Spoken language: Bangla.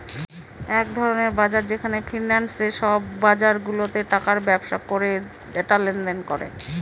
এক ধরনের বাজার যেখানে ফিন্যান্সে সব বাজারগুলাতে টাকার ব্যবসা করে ডেটা লেনদেন করে